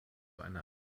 einer